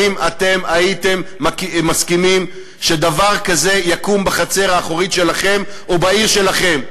האם אתם הייתם מסכימים שדבר כזה יקום בחצר האחורית שלכם או בעיר שלכם?